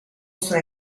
sono